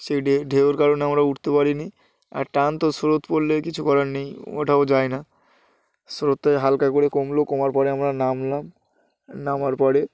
সেই ঢে ঢেউর কারণে আমরা উঠতে পারিনি আর টান তো স্রোত পড়লে কিছু করার নেই ওঠাও যায় না স্রোতটা হালকা করে কমলো কমার পরে আমরা নামলাম নামার পরে